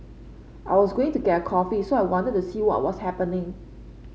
I was going to get a coffee so I wanted to see what was happening